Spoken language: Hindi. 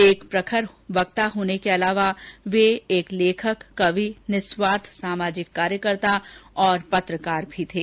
एक प्रखर वक्ता होने के अलावा वे एक लेखक कवि निस्वार्थ सामाजिक कार्यकर्ता और पत्रकार भी थे